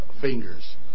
fingers